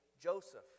Joseph